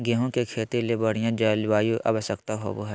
गेहूँ के खेती ले बढ़िया जलवायु आवश्यकता होबो हइ